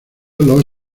los